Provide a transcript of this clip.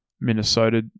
Minnesota